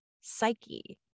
psyche